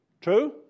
True